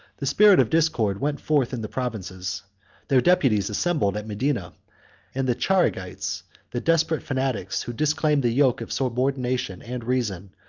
the spirit of discord went forth in the provinces their deputies assembled at medina and the charegites, the desperate fanatics who disclaimed the yoke of subordination and reason,